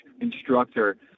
instructor